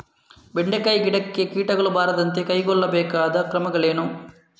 ಬೆಂಡೆಕಾಯಿ ಗಿಡಕ್ಕೆ ಕೀಟಗಳು ಬಾರದಂತೆ ಕೈಗೊಳ್ಳಬೇಕಾದ ಕ್ರಮಗಳೇನು?